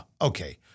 okay